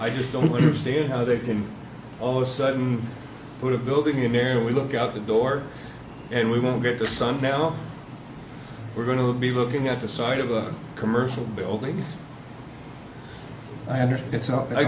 i just don't understand how they can all of a sudden put a building in there and we look out the door and we won't get the sun now we're going to be looking at the side of a commercial building i